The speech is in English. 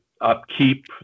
upkeep